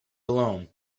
alone